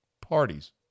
parties